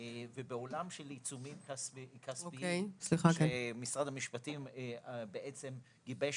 בעולם של עיצומים כספיים משרד המשפטים גיבש